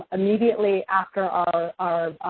immediately after our our